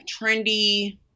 trendy